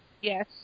Yes